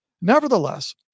Nevertheless